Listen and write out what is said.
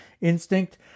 instinct